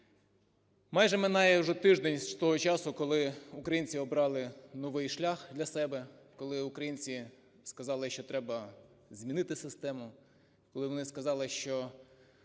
Майже минає вже тиждень з того часу, коли українці обрали новий шлях для себе, коли українці сказали, що треба змінити систему, коли вони сказали, що